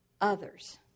others